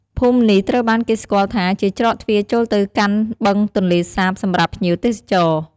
ភូមិនេះត្រូវបានគេស្គាល់ថាជាច្រកទ្វារចូលទៅកាន់បឹងទន្លេសាបសម្រាប់ភ្ញៀវទេសចរ។